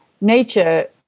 nature